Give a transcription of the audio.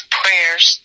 prayers